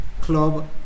club